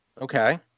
okay